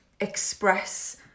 express